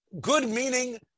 Good-meaning